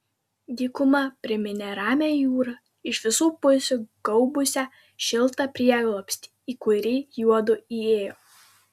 dykuma priminė ramią jūrą iš visų pusių gaubusią šiltą prieglobstį į kurį juodu įėjo